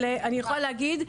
אבל אני יכולה להגיד,